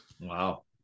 Wow